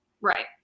Right